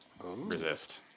resist